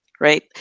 right